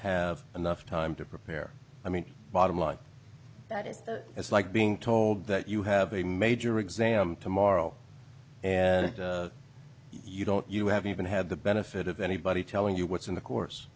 have enough time to prepare i mean bottom line that is the it's like being told that you have a major exam tomorrow and you don't you have even had the benefit of anybody telling you what's in the course